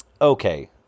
Okay